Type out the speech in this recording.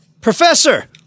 Professor